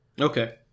okay